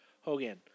Hogan